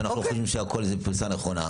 שאנחנו לא חושבים זה פריסה נכונה.